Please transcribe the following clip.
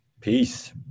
Peace